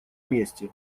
месте